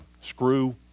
screw